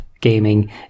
gaming